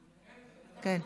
כן.